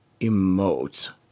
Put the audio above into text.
emote